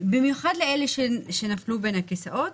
במיוחד לאלה שנפלו בין הכיסאות,